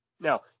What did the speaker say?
Now